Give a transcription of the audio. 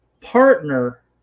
partner